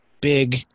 big